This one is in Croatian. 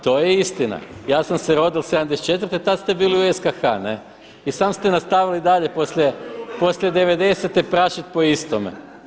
To je istina, ja sam se rodio '74. tada ste bili u SKH i samo ste nastavili dalje poslije '90.-te prašiti po istome.